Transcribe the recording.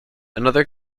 another